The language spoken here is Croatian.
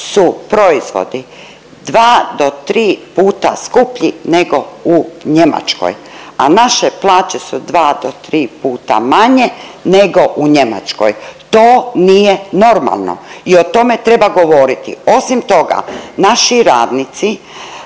su proizvodi dva do tri puta skuplji nego u Njemačkoj, a naše plaće su dva do tri puta manje nego u Njemačkoj. To nije normalno i o tome treba govoriti. Osim toga, naši radnici